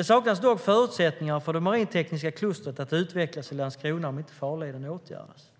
saknas dock förutsättningar för det marintekniska klustret att utvecklas i Landskrona om inte farleden åtgärdas.